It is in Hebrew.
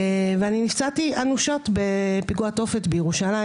אני נפצעתי אנושות בפיגוע תופת בירושלים